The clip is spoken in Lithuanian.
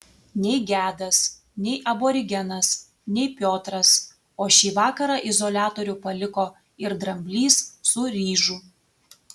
nei gedas nei aborigenas nei piotras o šį vakarą izoliatorių paliko ir dramblys su ryžu